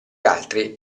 altri